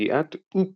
שגיאת oops